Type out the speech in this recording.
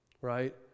right